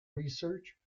research